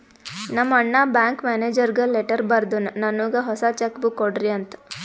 ನಮ್ ಅಣ್ಣಾ ಬ್ಯಾಂಕ್ ಮ್ಯಾನೇಜರ್ಗ ಲೆಟರ್ ಬರ್ದುನ್ ನನ್ನುಗ್ ಹೊಸಾ ಚೆಕ್ ಬುಕ್ ಕೊಡ್ರಿ ಅಂತ್